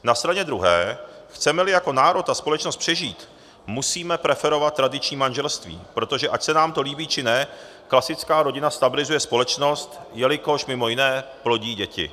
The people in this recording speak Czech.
Na straně druhé, chcemeli jako národ a společnost přežít, musíme preferovat tradiční manželství, protože ač se nám to líbí, či ne, klasická rodina stabilizuje společnost, jelikož mimo jiné plodí děti.